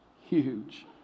huge